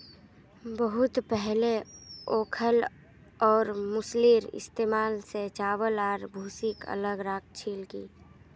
बहुत पहले ओखल और मूसलेर इस्तमाल स चावल आर भूसीक अलग राख छिल की